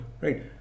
Right